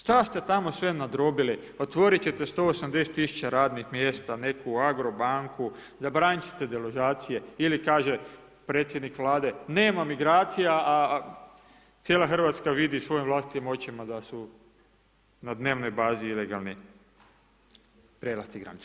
Šta ste tamo sve nadrobili, otvorit ćete 180 tisuća radnih mjesta, neku agrobanku, zabranit ćete deložacije ili kaže predsjednik Vlade nema migracija, a cijela Hrvatska vidi svojim vlastitim očima da su na dnevnoj bazi ilegalni prelasci granica.